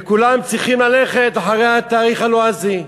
וכולם צריכים ללכת אחרי התאריך הלועזי.